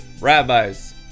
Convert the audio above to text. rabbis